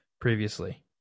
previously